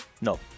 No